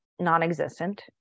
non-existent